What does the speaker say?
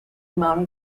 amount